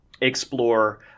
explore